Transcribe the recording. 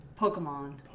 Pokemon